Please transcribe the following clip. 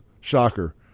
Shocker